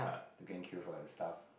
to go and queue for the stuff